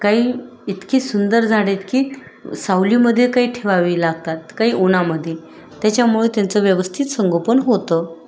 काही इतकी सुंदर झाडं इतकी सावलीमध्ये काही ठेवावी लागतात काही उन्हामध्ये त्याच्यामुळे त्यांचं व्यवस्थित संगोपन होतं